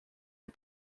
ait